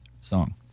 song